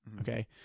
Okay